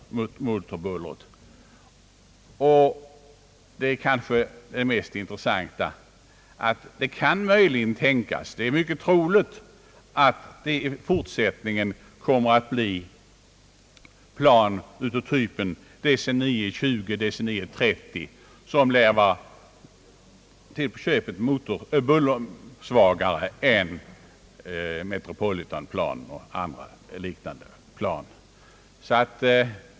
Det mest intressanta i sammanhanget är att det kan tänkas — ja, det är mycket troligt — att det i fortsättningen kommer att användas plan av typ DC-9-20 eller DC-9-30, som till på köpet lär vara bullersvagare än Metropolitan och liknande plan.